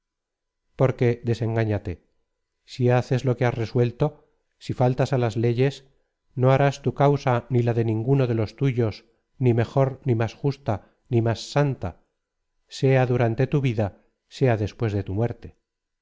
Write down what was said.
porque desengáñate i haces lo que has resuelto si faltas á las leyes no harás tu causa ni la de ninguno de los tuyos ni mejor ni más justa ni más santa sea durante tu vida sea después de tu muerte